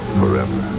forever